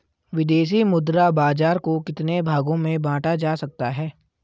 विदेशी मुद्रा बाजार को कितने भागों में बांटा जा सकता है?